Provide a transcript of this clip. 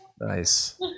Nice